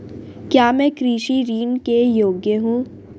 क्या मैं कृषि ऋण के योग्य हूँ?